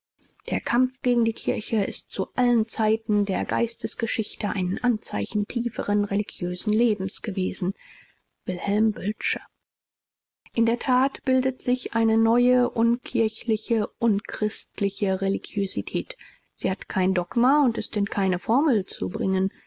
der kampf gegen die kirche ist zu allen zeiten der geistesgeschichte ein anzeichen tieferen religiösen lebens gewesen wilhelm bölsche in der tat bildet sich eine neue unkirchliche unchristliche religiosität sie hat kein dogma und ist in keine formel zu bringen